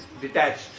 detached